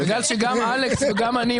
בגלל שגם אלכס וגם אני,